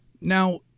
Now